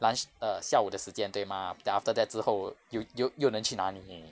lunch err 下午的时间对 mah then after that 之后又又又能去哪里